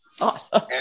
Awesome